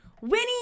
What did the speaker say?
Winnie